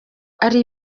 ari